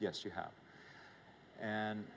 yes you have and